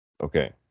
Okay